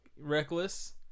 reckless